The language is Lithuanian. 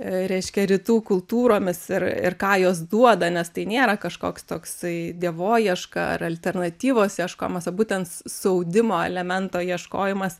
reiškia rytų kultūromis ir ir ką jos duoda nes tai nėra kažkoks toksai dievoieška ar alternatyvos ieškojimas o būtent su audimo elemento ieškojimas